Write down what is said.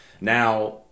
Now